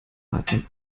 atmen